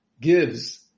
gives